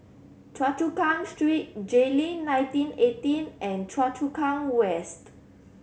Choa Chu Kang Street Jayleen nineteen eighteen and Choa Chu Kang West